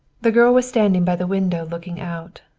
the girl was standing by the window looking out.